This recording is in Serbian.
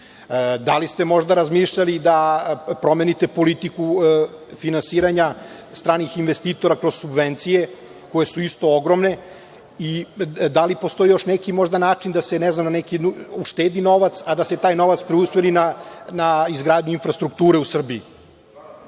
li ste možda razmišljali da promenite politiku finansiranja stranih investitora kroz subvencije koje su isto ogromne i da li postoji možda još neki način da se na neki drugi način uštedi novac i da se preusmeri na izgradnju infrastrukture u Srbiji.